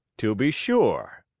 to be sure!